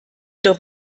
doch